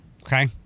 Okay